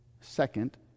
Second